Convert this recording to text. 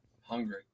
Hungry